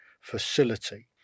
facility